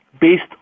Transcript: based